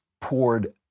poured